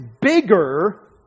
bigger